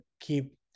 keep